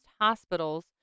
hospitals